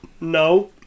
no